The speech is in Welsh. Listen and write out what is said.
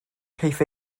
caiff